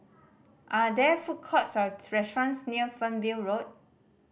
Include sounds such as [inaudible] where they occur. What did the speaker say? are there food courts or [unintelligible] restaurants near Fernvale Road